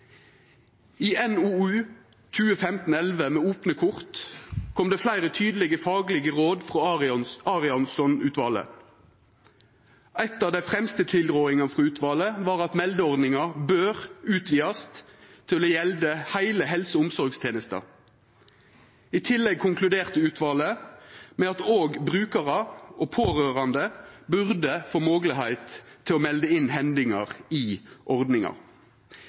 I NOU 2015:11, Med åpne kort, kom det fleire tydelege, faglege råd frå Arianson-utvalet. Ei av dei fremste tilrådingane frå utvalet var at meldeordninga bør utvidast til å gjelda heile helse- og omsorgstenesta. I tillegg konkluderte utvalet med at òg brukarar og pårørande burde få moglegheit til å melda inn hendingar i ordninga.